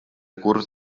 curs